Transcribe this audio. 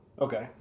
Okay